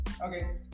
Okay